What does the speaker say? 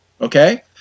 Okay